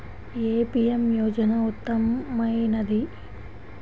ఏ PM యోజన ఉత్తమమైనది?